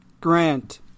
Grant